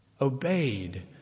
obeyed